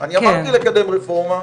אני אמרתי לקדם רפורמה,